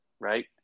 Right